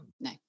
No